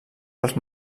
pels